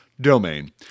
Domain